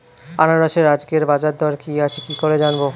আনারসের আজকের বাজার দর কি আছে কি করে জানবো?